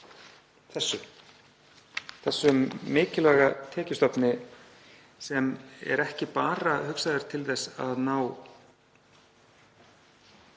þessum mikilvæga tekjustofni. Hann er ekki bara hugsaður til þess að ná